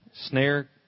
Snare